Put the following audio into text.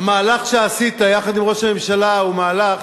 המהלך שעשית יחד עם ראש הממשלה הוא מהלך